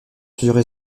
plusieurs